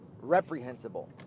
reprehensible